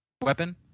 weapon